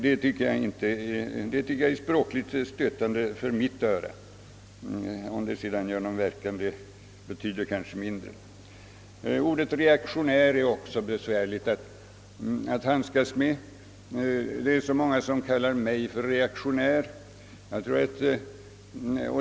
Detta är språkligt stötande för mitt öra. Ordet reaktionär är också besvärligt att handskas med. Många kallar mig reaktionär.